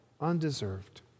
undeserved